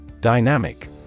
Dynamic